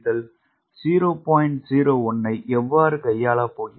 01 ஐ எவ்வாறு கையாளப் போகிறேன்